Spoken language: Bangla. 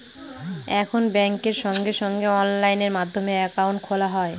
এখন ব্যাঙ্কে সঙ্গে সঙ্গে অনলাইন মাধ্যমে একাউন্ট খোলা যায়